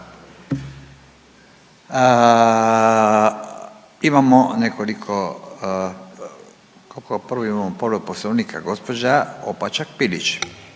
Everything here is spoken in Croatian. Imamo nekoliko, kao prvo imao povredu Poslovnika, gospođa Opačak Bilić.